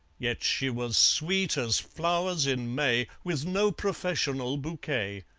yet she was sweet as flowers in may, with no professional bouquet.